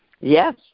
Yes